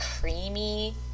creamy